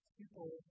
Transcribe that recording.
people